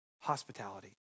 hospitality